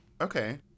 Okay